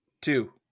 two